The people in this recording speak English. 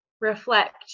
reflect